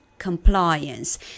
compliance